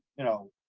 you know,